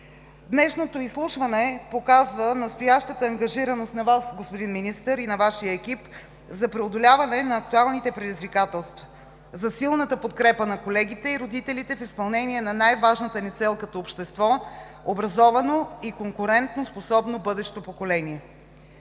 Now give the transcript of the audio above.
Днешното изслушване показа настоящата ангажираност на Вас, господин Министър, и на Вашия екип за преодоляване на актуалните предизвикателства, за силната подкрепа на колегите и родителите в изпълнение на най-важната ни цел като общество – образовано и конкурентоспособно бъдещо поколение.